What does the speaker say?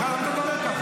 סליחה, למה אתה מדבר ככה?